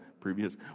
previous